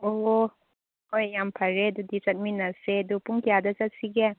ꯑꯣ ꯍꯣꯏ ꯌꯥꯝ ꯐꯔꯦ ꯑꯗꯨꯗꯤ ꯆꯠꯃꯤꯟꯅꯁꯦ ꯑꯗꯨ ꯄꯨꯡ ꯀꯌꯥꯗ ꯆꯠꯁꯤꯒꯦ